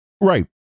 Right